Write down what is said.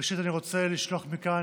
ראשית אני רוצה לשלוח מכאן,